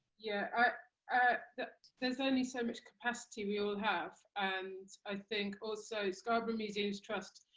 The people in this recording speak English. yeah ah there's only so much capacity we all have and i think also scarborough museums trust,